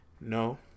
No